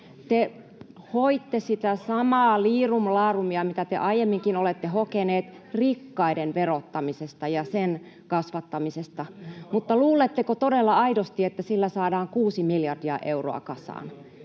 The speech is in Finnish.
Te hoitte sitä samaa liirumlaarumia, mitä te aiemminkin olette hokeneet rikkaiden verottamisesta ja sen kasvattamisesta, mutta luuletteko todella aidosti, että sillä saadaan kuusi miljardia euroa kasaan?